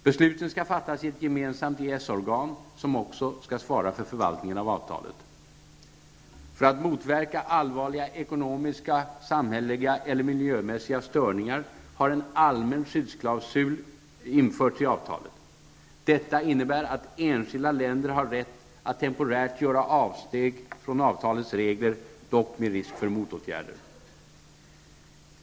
Besluten skall fattas i ett gemensamt EES-organ, som också skall svara för förvaltningen av avtalet. -- För att motverka allvarliga ekonomiska, samhälleliga eller miljömässiga störningar har en allmän skyddsklausul införts i avtalet. Detta innebär att enskilda länder har rätt att temporärt göra avsteg från avtalets regler, dock med risk för motåtgärder.